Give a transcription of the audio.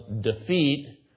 defeat